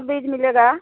बीज मिलेगा